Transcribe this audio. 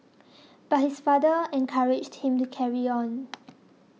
but his father encouraged him to carry on